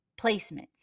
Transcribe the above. placements